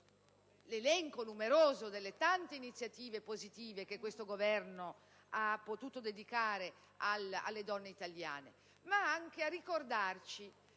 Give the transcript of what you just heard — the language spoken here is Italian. l'elenco, numeroso, delle tante iniziative positive che questo Governo ha potuto dedicare alle donne italiane, ma anche ricordarci